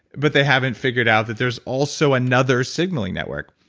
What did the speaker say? but they haven't figured out that there's also another signaling network.